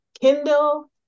Kindle